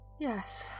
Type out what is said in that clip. Yes